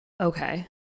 Okay